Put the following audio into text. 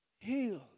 healed